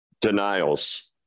denials